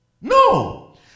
No